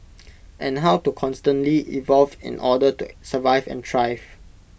and how to constantly evolve in order to survive and thrive